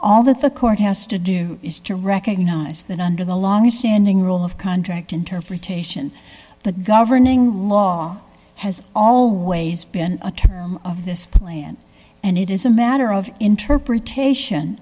all the court has to do is to recognize that under the longstanding rule of contract interpretation the governing law has always been a term of this plant and it is a matter of interpretation